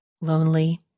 lonely